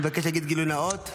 מבקש להגיד גילוי נאות.